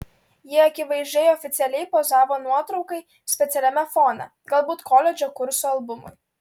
ji akivaizdžiai oficialiai pozavo nuotraukai specialiame fone galbūt koledžo kurso albumui